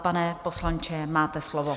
Pane poslanče, máte slovo.